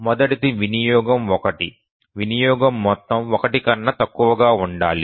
మొదటిది వినియోగం 1 వినియోగ మొత్తం 1 కన్నా తక్కువ ఉండాలి